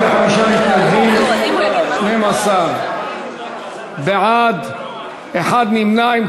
45 מתנגדים, 12 בעד ואחד נמנע.